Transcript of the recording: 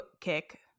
kick